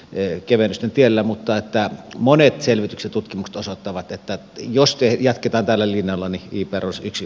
eyn kevennysten tiellä mutta että monet selvitykset tutkimukset osoittavat että jos tien jatketaan tällä linjalla niitä roskiksi